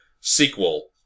sequel